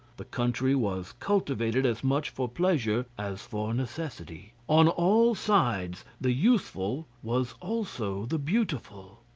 the country was cultivated as much for pleasure as for necessity. on all sides the useful was also the beautiful.